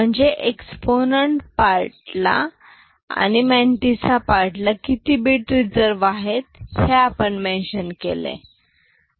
म्हणजे exponent part ल आणि मंतिस्सा पार्ट ला किती बीट रिझर्व्ह आहेत ते आपण मेंशन केले